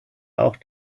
auch